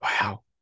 wow